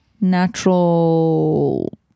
natural